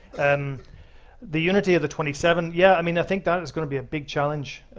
and the unity of the twenty seven, yeah. i mean, i think that is gonna be a big challenge,